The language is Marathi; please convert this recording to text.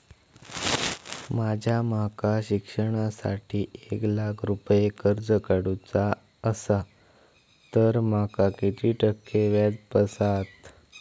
माका माझ्या शिक्षणासाठी एक लाख रुपये कर्ज काढू चा असा तर माका किती टक्के व्याज बसात?